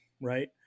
right